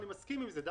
אני מסכים עם זה.